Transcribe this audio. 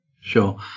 Sure